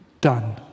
done